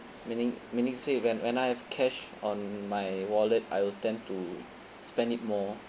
meaning meaning to say when when I have cash on my wallet I'll tend to spend it more